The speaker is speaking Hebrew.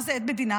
מה זה עד מדינה?